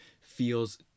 feels